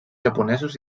japonesos